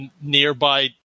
nearby